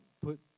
put